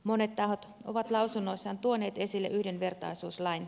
monet tahot ovat lausunnoissaan tuoneet esille yhdenvertaisuuslain